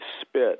spit